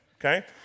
okay